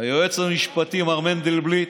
היועץ המשפטי מר מנדלבליט,